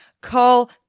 call